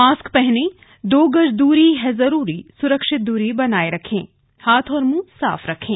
mask पहने दो गज की दूरी है जरूरी सुरक्षित दूरी बनाए रखें हाथ और मुंह साफ रखें